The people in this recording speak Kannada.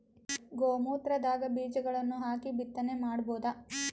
ಗೋ ಮೂತ್ರದಾಗ ಬೀಜಗಳನ್ನು ಹಾಕಿ ಬಿತ್ತನೆ ಮಾಡಬೋದ?